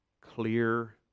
clear